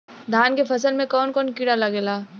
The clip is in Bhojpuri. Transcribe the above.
धान के फसल मे कवन कवन कीड़ा लागेला?